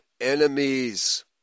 enemies